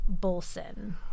Bolson